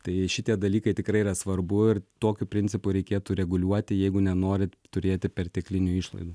tai šitie dalykai tikrai yra svarbu ir tokiu principu reikėtų reguliuoti jeigu nenorit turėti perteklinių išlaidų